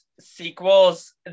sequels